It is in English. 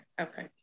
okay